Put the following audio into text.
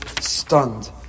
stunned